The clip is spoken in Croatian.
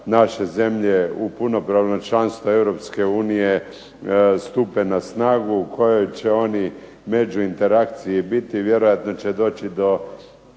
naše zemlje u punopravno članstvo Europske unije stupe na snagu u kojoj će oni međuinterakciji biti, vjerojatno će doći do